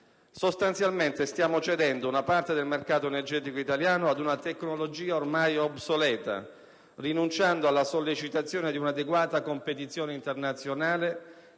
Sostanzialmente, stiamo cedendo una parte del mercato energetico italiano ad una tecnologia ormai obsoleta, rinunciando alla sollecitazione di un'adeguata competizione internazionale,